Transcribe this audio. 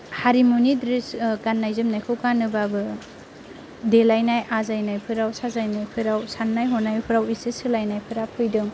हारिमुनि द्रेस गाननाय जोमनायखौ गानोबाबो देलायनाय आजायनायफोराव साजायनायफोराव साननाय हनायफोराव एसे सोलायनायफोरा फैदों